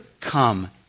come